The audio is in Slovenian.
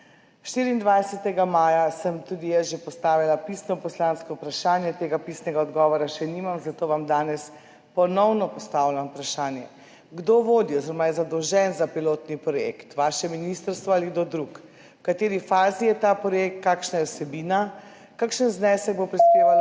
24. maja sem tudi jaz že postavila pisno poslansko vprašanje, tega pisnega odgovora še nimam, zato vam danes ponovno postavljam vprašanje. Zanima me: Kdo vodi oziroma je zadolžen za pilotni projekt Osrednja šolska kuhinja, vaše ministrstvo ali kdo drug? V kateri fazi je projekt? Kakšna je vsebina projekta in kakšen znesek bo prispevalo